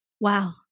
Wow